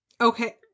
Okay